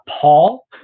Paul